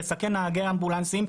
לסכן את נהגי האמבולנסים,